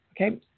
Okay